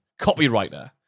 copywriter